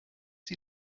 sie